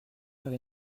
faire